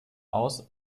aus